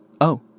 Oh